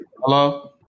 Hello